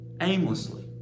aimlessly